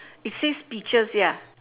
it says peaches ya